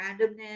randomness